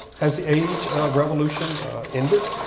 has the age of revolution ended?